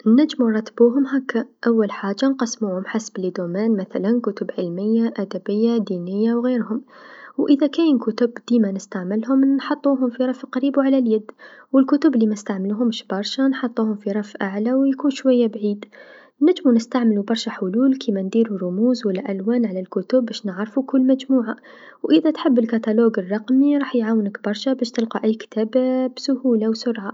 نجمجالات وهم هاكا، أول حاجه نقسموهم حسب الماجالات، مثلا كتب علميه أدبيه دينيه و غيرهم و إذا كاين كتب ديما نستعملهم نحطوهم في رف قريب و على اليد، و الكتب لمنستعملهمش برشا نحطوهم في رف يكون شويا بعيد، نجمو نستعملو برشا حلول كيما نديرو رموز و لا ألوان على الكتب باش نعرفو كل مجموعه، و إذا تحب الكاتالوج الرقمي راح يعاونك برشا باش تلقى أي كتاب بسهوله و بسرعه.